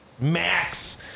max